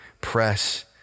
press